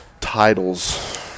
titles